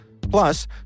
Plus